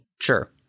Sure